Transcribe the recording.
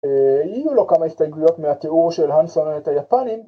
היו לו כמה הסתכלויות מהתיאור של הנסונות היפנים